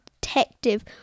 detective